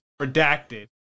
Redacted